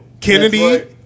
Kennedy